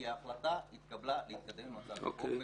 כי התקבלה החלטה להתקדם עם הצעת החוק בקואליציה.